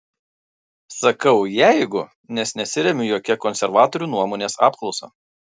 sakau jeigu nes nesiremiu jokia konservatorių nuomonės apklausa